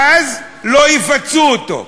ואז לא יפצו אותו.